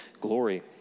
glory